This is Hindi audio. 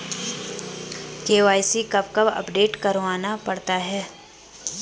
के.वाई.सी कब कब अपडेट करवाना पड़ता है?